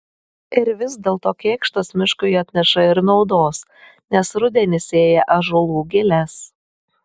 ir vis dėlto kėkštas miškui atneša ir naudos nes rudenį sėja ąžuolų giles